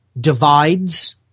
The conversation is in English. divides